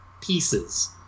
pieces